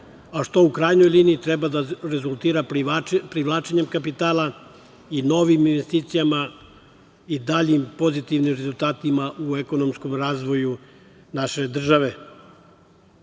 a što u krajnjoj liniji treba da rezultira privlačenjem kapitala i novim investicijama i daljim pozitivnim rezultatima u ekonomskom razvoju naše države. Promena